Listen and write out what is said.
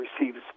receives